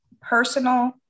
personal